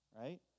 right